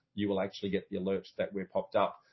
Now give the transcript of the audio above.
you will actually get the alerts that were popped up.